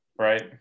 right